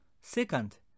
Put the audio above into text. Second